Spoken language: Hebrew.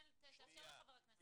אז תאפשר לחבר הכנסת לסיים את דבריו.